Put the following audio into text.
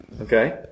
Okay